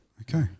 Okay